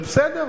זה בסדר.